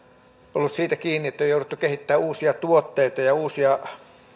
ollut siitä kiinni että on jouduttu kehittämään uusia tuotteita ja uusia